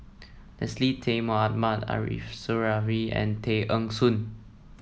Leslie Tay Mohammad Arif Suhaimi and Tay Eng Soon